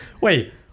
wait